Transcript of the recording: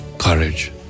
courage